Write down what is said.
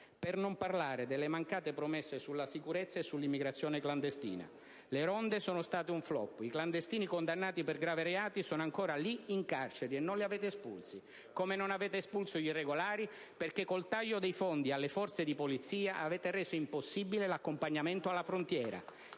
Per non parlare delle mancate promesse sulla sicurezza e sull'immigrazione clandestina: le ronde sono state un *flop*, i clandestini condannati per gravi reati sono ancora lì in carcere e non li avete espulsi, come non avete espulso gli irregolari perché con il taglio dei fondi alle forze di polizia avete reso impossibile l'accompagnamento alla frontiera.